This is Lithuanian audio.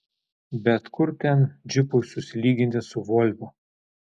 bet kur ten džipui susilyginti su volvo